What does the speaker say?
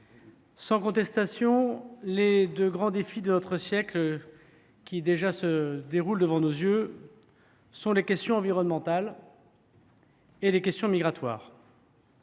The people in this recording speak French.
sans conteste, les deux grands défis de notre siècle, qui se présentent déjà à nous, sont les questions environnementales et les questions migratoires.